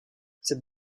cette